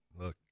Look